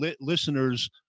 listeners